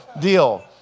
deal